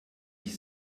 ich